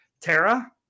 tara